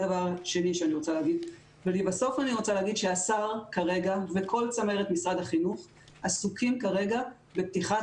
בסוף אני רוצה להגיד שהשר וכל צמרת משרד החינוך עסוקים כרגע בפתיחת